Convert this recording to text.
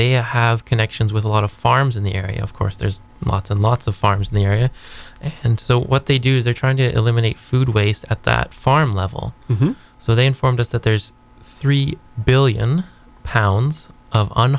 they have connections with farms in the area of course there's lots and lots of farms in the area and so what they do is they're trying to eliminate food waste at that farm level so they informed us that there's three billion pounds